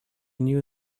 knew